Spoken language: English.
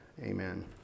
Amen